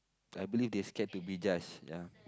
I believe they scared to be judged ya